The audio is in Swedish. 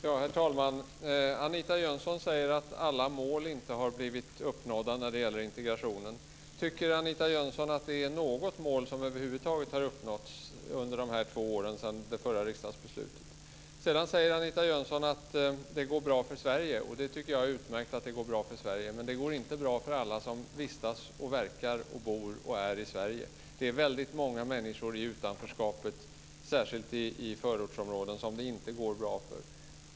Herr talman! Anita Jönsson säger att alla mål inte har blivit uppnådda när det gäller integrationen. Men tycker Anita Jönsson att över huvud taget något mål har uppnåtts under de två år som gått sedan förra riksdagsbeslutet? Vidare säger Anita Jönsson att det går bra för Sverige. Jag tycker att det är utmärkt att det går bra för Sverige men det går inte bra för alla som vistas och verkar och som bor och är i Sverige. Det är många människor i utanförskapet, särskilt i förortsområden, som det inte går bra för.